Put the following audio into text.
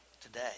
today